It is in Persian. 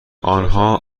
آنها